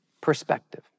perspective